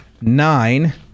Nine